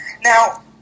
Now